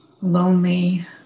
lonely